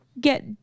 get